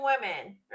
women